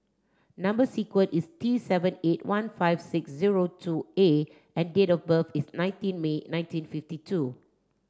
number sequence is T seven eight one five six zero two A and date of birth is nineteen May nineteen fifty two